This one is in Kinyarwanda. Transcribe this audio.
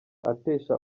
atesha